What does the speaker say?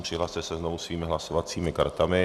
Přihlaste se znovu svými hlasovacími kartami.